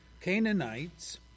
Canaanites